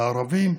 הערביים.